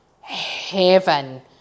heaven